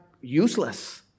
useless